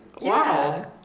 wow